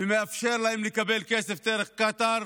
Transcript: ומאפשר להם לקבל כסף דרך קטאר,